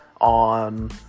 on